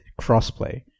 crossplay